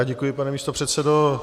Děkuji, pane místopředsedo.